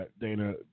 Dana